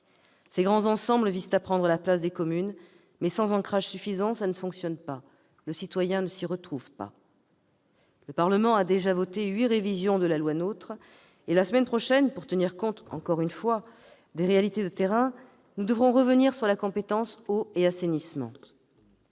Ces grands ensembles visent à prendre la place des communes. Mais, sans ancrage suffisant, cela ne fonctionne pas. Le citoyen ne s'y retrouve pas. Le Parlement a déjà voté huit révisions de la loi NOTRe. La semaine prochaine, pour tenir compte, encore une fois, des réalités de terrain, nous devrons revenir sur la compétence eau et assainissement.